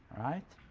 right?